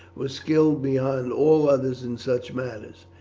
were skilled beyond all others in such matters.